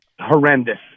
horrendous